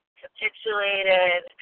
capitulated